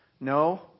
No